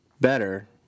better